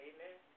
Amen